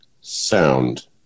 Sound